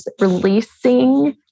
releasing